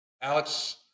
Alex